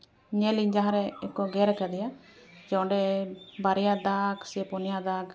ᱧᱮᱞᱤᱧ ᱡᱟᱦᱟᱸ ᱨᱮᱠᱚ ᱜᱮᱨ ᱟᱠᱟᱫᱮᱭᱟ ᱡᱮ ᱚᱸᱰᱮ ᱵᱟᱨᱭᱟ ᱫᱟᱜᱽ ᱥᱮ ᱯᱩᱱᱭᱟ ᱫᱟᱜᱽ